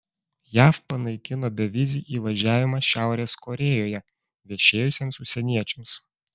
jav panaikino bevizį įvažiavimą šiaurės korėjoje viešėjusiems užsieniečiams